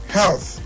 health